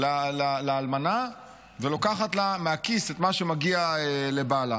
לאלמנה ולוקחת לה מהכיס את מה שמגיע לבעלה.